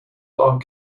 are